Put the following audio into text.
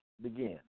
begin